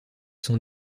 sont